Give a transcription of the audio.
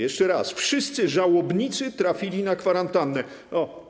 Jeszcze raz: wszyscy żałobnicy trafili na kwarantannę.